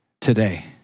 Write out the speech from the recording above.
today